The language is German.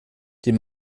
die